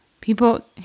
People